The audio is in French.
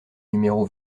numéro